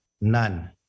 None